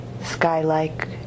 sky-like